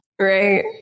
right